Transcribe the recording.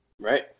Right